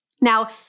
Now